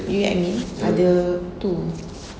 you get what I mean ada two